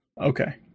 Okay